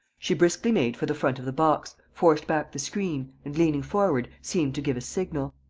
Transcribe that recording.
she briskly made for the front of the box, forced back the screen and, leaning forward, seemed to give a signal.